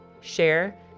share